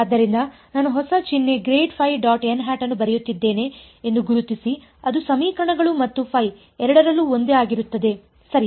ಆದ್ದರಿಂದ ನಾನು ಹೊಸ ಚಿಹ್ನೆ ಅನ್ನು ಬರೆಯುತ್ತಿದ್ದೇನೆ ಎಂದು ಗುರುತಿಸಿ ಅದು ಸಮೀಕರಣಗಳು ಮತ್ತು ಎರಡರಲ್ಲೂ ಒಂದೇ ಆಗಿರುತ್ತದೆ ಸರಿ